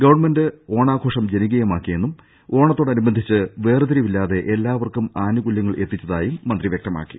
government ഓണാഘോഷം ജനകീയമാക്കിയെന്നും ഓണത്തോടനുബന്ധിച്ച് വേർതിരിവില്ലാതെ എല്ലാവർക്കും ആനുകൂല്യങ്ങൾ എത്തിച്ചതായും മന്ത്രി വ്യക്തമാക്കി